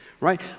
right